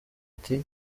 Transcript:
ati